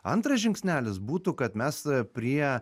antras žingsnelis būtų kad mes prie